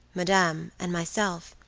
madame, and myself,